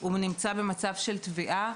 הוא נמצא במצב של טביעה.